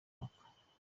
mwaka